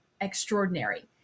extraordinary